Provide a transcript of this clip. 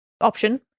option